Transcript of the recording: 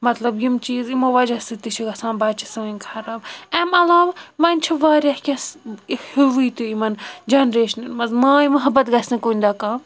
مطلب یِم چیٖز یِمو وَجہِ سۭتۍ تہِ چھُ گژھان بَچہِ سٲنۍ خراب امہِ عَلاوٕ وۄنۍ چھِ واریاہ کیٚنٛہہ ہوٕے تہِ یِمن جَنریشنہِ منٛز ماے محبت گَژھہِ نہٕ کُنہِ دۄہ کم